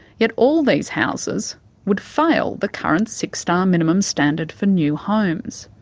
yet all these houses would fail the current six-star minimum standard for new homes.